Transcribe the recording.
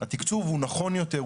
התקצוב הוא נכון יותר,